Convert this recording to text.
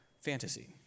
fantasy